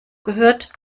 gehört